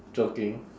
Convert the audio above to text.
joking